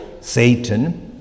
Satan